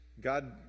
god